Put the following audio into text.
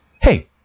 Hey